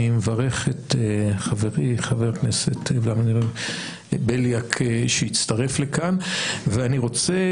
אני מברך את חברי חבר הכנסת בליאק שהצטרף אלינו ואני רוצה